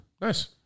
Nice